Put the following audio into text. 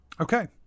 Okay